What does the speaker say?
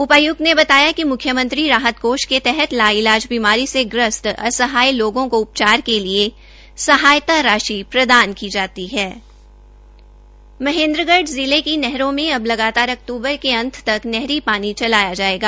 उपाय्क्त ने बताया कि म्ख्यमंत्री राहत कोष के तहत लाईलाज बीमारी से ग्रस्त असहाय लोगों को उपचार के लिए सहायता राशि प्रदान की जाती है महेंद्रगढ़ जिले जिले की नहरों में अब लगातार अक्टूबर के अंत तक नहरी पानी चलाया जायेगा